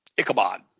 Ichabod